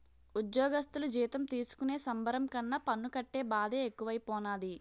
ఉజ్జోగస్థులు జీతం తీసుకునే సంబరం కన్నా పన్ను కట్టే బాదే ఎక్కువైపోనాది